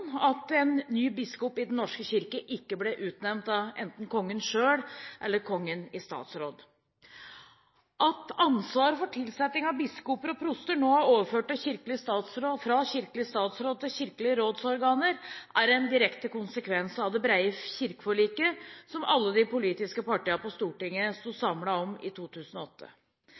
at en ny biskop i Den norske kirke ikke ble utnevnt av enten Kongen selv eller Kongen i statsråd. At ansvaret for tilsetting av biskoper og proster nå er overført fra kirkelig statsråd til kirkelige rådsorganer, er en direkte konsekvens av det brede kirkeforliket som alle de politiske partiene på Stortinget sto samlet om i 2008.